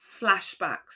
flashbacks